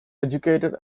educated